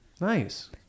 Nice